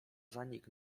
zanik